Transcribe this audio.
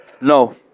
No